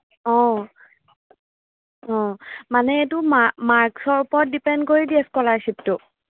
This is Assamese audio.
অঁ অঁ মানে এইটো মা মাৰ্কছৰ ওপৰত ডিপেণ্ড কৰি দিয়ে স্কলাৰশ্বিপটো